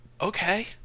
okay